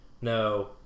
no